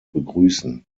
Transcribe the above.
begrüßen